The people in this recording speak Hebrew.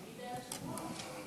יגיד היושב-ראש.